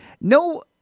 no